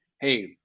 hey